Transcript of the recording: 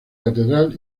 catedral